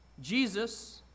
Jesus